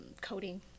coding